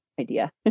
idea